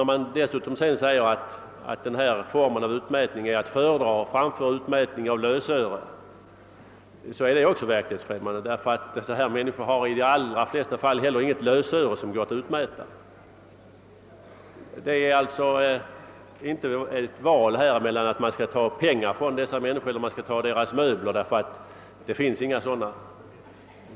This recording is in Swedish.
Även utskottets uttalande att utmätning i skatteåterbäring är att föredra framför utmätning i lösöre är verklighetsfrämmande, ty dessa människor har i de allra flesta fall inget lösöre som går att utmäta. Det är alltså inte fråga om ett val mellan att ta pengar eller att ta möbler från dessa människor, ty det finns inga möbler att ta.